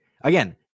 again